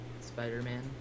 Spider-Man